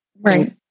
Right